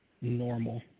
normal